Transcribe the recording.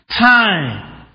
time